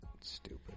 Stupid